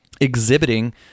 exhibiting